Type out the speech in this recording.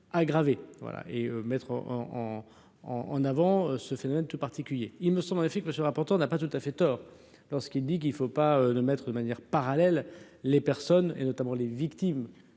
mettre en en en en avant ce phénomène tout particulier, il me semble en effet que le rapporteur n'a pas tout à fait tort lorsqu'il dit qu'il ne faut pas le mettre de manière parallèle, les personnes et notamment les victimes,